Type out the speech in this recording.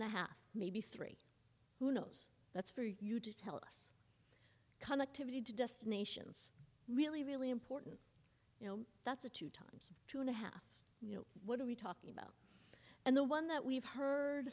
one half maybe three who knows that's for you to tell us conductivity to destinations really really important you know that's a two times two and a half you know what are we talking about and the one that we've heard